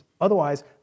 Otherwise